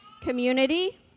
Community